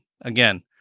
Again